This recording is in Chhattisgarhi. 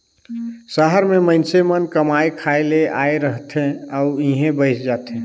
सहर में मइनसे मन कमाए खाए ले आए रहथें अउ इहें बइस जाथें